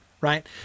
right